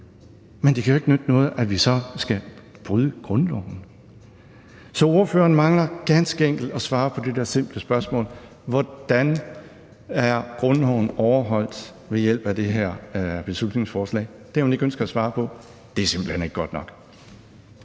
Men det kan jo ikke nytte noget, at vi skal bryde grundloven. Så ordføreren mangler ganske enkelt at svare på det simple spørgsmål: Hvordan overholdes grundloven i det her beslutningsforslag? Det har hun ikke ønsket at svare på. Det er simpelt hen ikke godt nok.